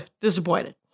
disappointed